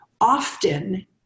often